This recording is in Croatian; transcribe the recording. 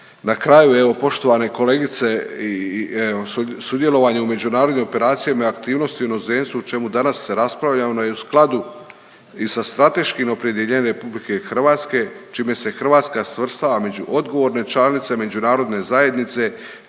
na kraju evo poštovane kolegice evo sudjelovanje u međunarodnim operacijama i aktivnostima u inozemstvu o čemu danas se raspravlja u skladu i sa strateškim opredjeljenjem Republike Hrvatske čime se Hrvatska svrstava među odgovorne članice Međunarodne zajednice